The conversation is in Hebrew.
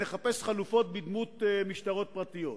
ונחפש חלופות בדמות משטרות פרטיות.